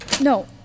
No